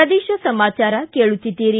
ಪ್ರದೇಶ ಸಮಾಚಾರ ಕೇಳುತ್ತೀದ್ದಿರಿ